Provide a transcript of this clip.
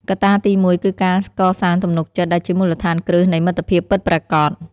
កត្តាទីមួយគឺការកសាងទំនុកចិត្តដែលជាមូលដ្ឋានគ្រឹះនៃមិត្តភាពពិតប្រាកដ។